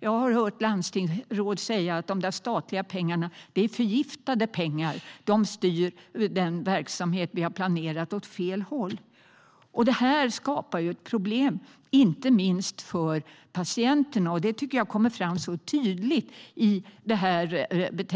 Jag har hört landstingsråd säga att de här statliga pengarna är förgiftade pengar som styr verksamheten de har planerat åt fel håll. Det här skapar problem, inte minst för patienterna. Det tycker jag kommer fram tydligt i betänkandet.